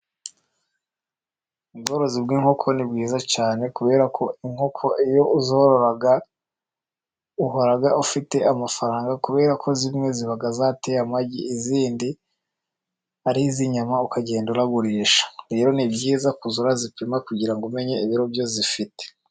Ubworozi bw'inkoko ni bwiza cyane, kubera ko inkoko iyo zorora uhora ufite amafaranga, kubera ko zimwe ziba zateye amagi, izindi ari iz'inyama, ukagenda uragurisha, rero ni byiza kuzajya ura zipima kugira ngo umenye ibiro byose zifite.